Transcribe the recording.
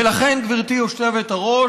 ולכן גברתי היושבת-ראש,